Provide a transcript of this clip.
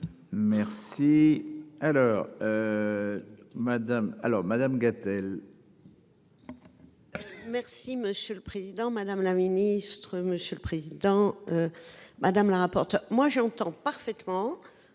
Madame alors. Madame Gatel. Merci monsieur le président, madame la ministre, monsieur le président. Madame la rapporteure moi j'entends parfaitement.